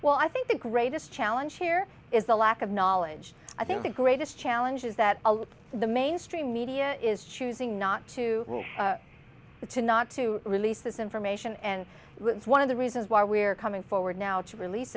well i think the greatest challenge here is the lack of knowledge i think the greatest challenge is that a lot of the mainstream media is choosing not to but to not to release this information and one of the reasons why we're coming forward now to release